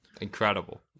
Incredible